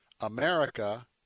America